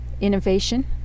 innovation